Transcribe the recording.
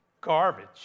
garbage